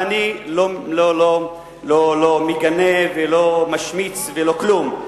ואני לא מגנה ולא משמיץ ולא כלום,